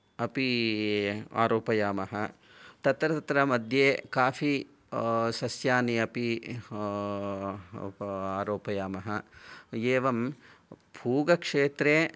अपि आरोपयमः तत्र तत्र मध्ये काफी सस्यानि अपि आरोपयामः एवं पूगक्षेत्रे